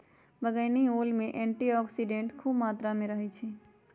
बइगनी ओल में एंटीऑक्सीडेंट्स ख़ुब मत्रा में रहै छइ